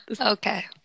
Okay